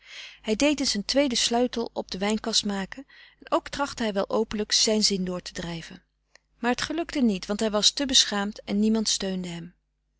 hij deed eens een tweeden sleutel op de wijn kast maken ook trachtte hij wel openlijk zijn zin door te drijven maar het gelukte niet want hij was te beschaamd en niemand steunde hem